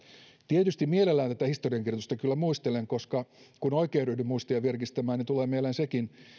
tietysti mielelläni tätä historiankirjoitusta kyllä muistelen koska kun oikein ryhdyn muistia virkistämään niin tulee mieleen sekin